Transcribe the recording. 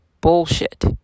bullshit